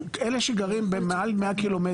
אלה שגרים במרחק של מעל 100 קילומטרים